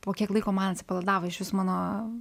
po kiek laiko man atsipalaidavo išvis mano